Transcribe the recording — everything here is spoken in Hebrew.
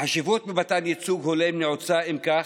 החשיבות במתן ייצוג הולם נעוצה, אם כך,